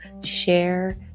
Share